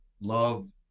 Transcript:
love